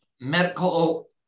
medical